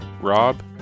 Rob